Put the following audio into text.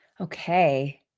Okay